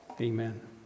Amen